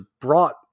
brought